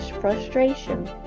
frustration